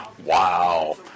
wow